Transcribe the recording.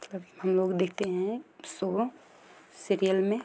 तो अभी हम लोग देखते हैं सो सीरियल में